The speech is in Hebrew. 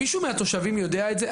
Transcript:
מישהו מהתושבים יודע את זה?